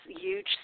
huge